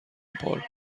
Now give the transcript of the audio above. پارک